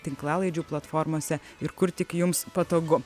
tinklalaidžių platformose ir kur tik jums patogu